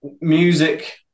music